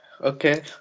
okay